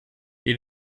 wir